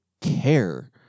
care